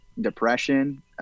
depression